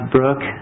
Brooke